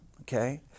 okay